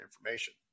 information